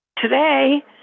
today